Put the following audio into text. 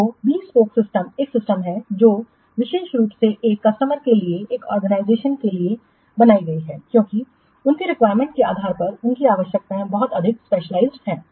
तो bespoke system एक system है जो विशेष रूप से एक कस्टमर के लिए एक ऑर्गेनाइजेशन के लिए बनाई गई है क्योंकि उनकी रिक्वायरमेंट्स के आधार पर उनकी आवश्यकताएं बहुत अधिक स्पेशलाइज्ड हैं